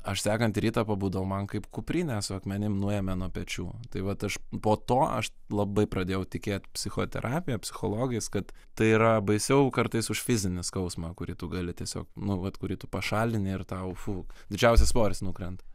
aš sekantį rytą pabudau man kaip kuprinę su akmenim nuėmė nuo pečių tai vat aš po to aš labai pradėjau tikėt psichoterapija psichologais kad tai yra baisiau kartais už fizinį skausmą kurį tu gali tiesiog nu vat kurį tu pašalini ir tau fu didžiausias svoris nukrenta